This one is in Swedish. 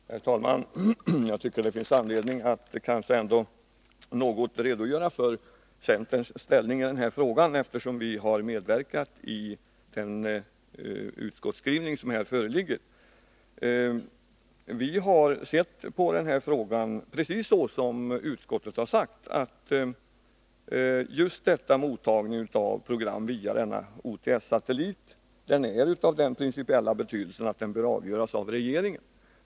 Herr talman! Jag tycker att det finns anledning att något redogöra för centerns ställning i den här frågan, eftersom vi har medverkat till den föreliggande utskottsskrivningen. Vi har sett på denna fråga precis så som utskottet skriver, nämligen att just mottagning av program via denna OTS-satellit är en fråga som är av den principiella betydelsen att den bör avgöras av regeringen.